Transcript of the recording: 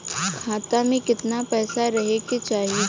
खाता में कितना पैसा रहे के चाही?